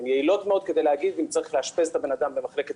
הן יעילות מאוד כדי להגיד אם צריך לאשפז את הבן אדם במחלקת